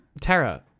tara